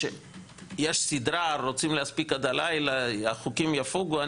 כשיש סדרה ורוצים להספיק עד הלילה כי החוקים יפוגו,